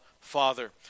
Father